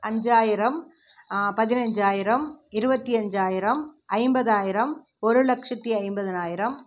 அஞ்சாயிரம் பதினஞ்சாயிரம் இருபத்தி அஞ்சாயிரம் ஐம்பதாயிரம் ஒரு லட்சத்தி ஐம்பதனாயிரம்